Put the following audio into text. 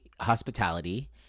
Hospitality